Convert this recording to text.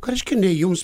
ką reiškia ne jums